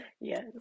Yes